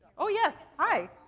oh yes. hi.